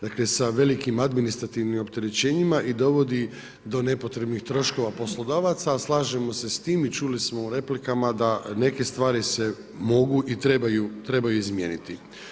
Dakle, sa velikim administrativnim opterećenjima i dovodi do nepotrebnih troškova poslodavaca, slažemo se s tim i čuli smo u replikama da neke stvari se mogu i trebaju izmijeniti.